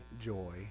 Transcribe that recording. joy